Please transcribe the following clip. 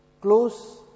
close